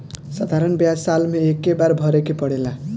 साधारण ब्याज साल मे एक्के बार भरे के पड़ेला